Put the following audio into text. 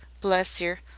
bless yer,